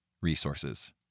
resources